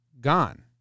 gone